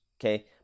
okay